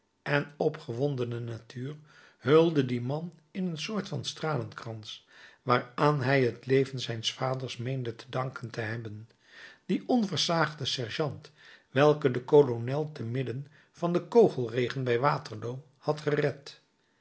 en opgewondene natuur hulde dien man in een soort van stralen krans waaraan hij het leven zijns vaders meende te danken te hebben dien onversaagden sergeant welke den kolonel te midden van den kogelregen bij waterloo had gered